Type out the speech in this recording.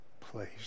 place